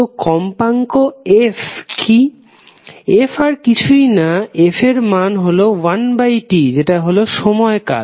তো কম্পাঙ্ক f কি f আর কিছুই না f এর মান হলো 1T যেটা হলো সময় কাল